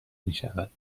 میشود